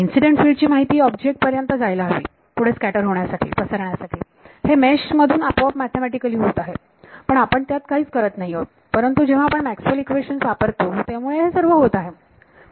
incident field ची माहिती object पर्यंत जायला हवी पुढे स्कॅटर होण्यासाठी पसरण्यासाठी हे मेश मधून आपोआप मॅथेमॅटिकलि होत आहे पण आपण त्यात काहीच करत नाही आहोत परंतु जेव्हा आपण मॅक्सवेल इक्वेशन्स Maxwell's equations वापरतो त्यामुळे हे सर्व होत आहे